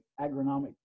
agronomic